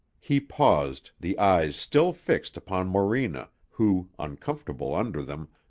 he paused, the eyes still fixed upon morena, who, uncomfortable under them,